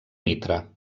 mitra